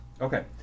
Okay